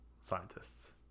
scientists